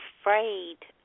afraid